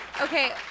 okay